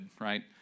right